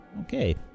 Okay